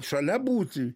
šalia būt